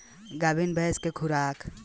गाभिन भैंस के खुराक का होखे?